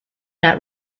not